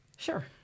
Sure